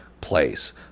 place